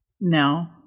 No